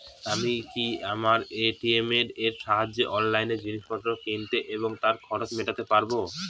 আমি কি আমার এ.টি.এম এর সাহায্যে অনলাইন জিনিসপত্র কিনতে এবং তার খরচ মেটাতে পারব?